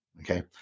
Okay